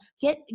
Get